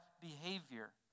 behavior